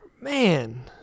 man